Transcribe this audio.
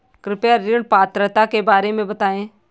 कृपया ऋण पात्रता के बारे में बताएँ?